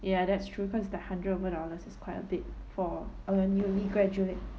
ya that's true cause the hundred over dollars is quite a bit for a uni graduate